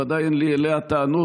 בוודאי אין לי אליה טענות,